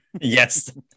Yes